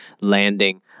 landing